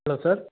hello sir